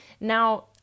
Now